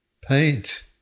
paint